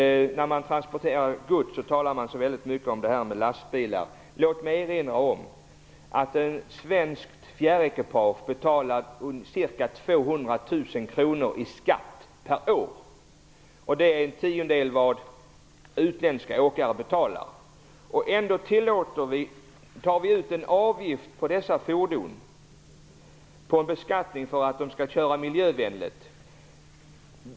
Man talar väldigt mycket om lastbilar i samband med godstransporter. Låt mig erinra om att ett svenskt fjärrekipage betalar ca 200 000 kronor i skatt per år. Utländska åkare betalar en tiondel. Ändå tar vi ut en avgift på dessa fordon för att de skall köra miljövänligt.